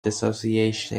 dissociation